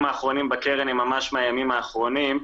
האחרונים בקרן היא ממש מהימים האחרונים.